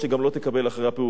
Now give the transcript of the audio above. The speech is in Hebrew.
אחרי הפעולה הזאת,